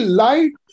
light